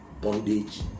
bondage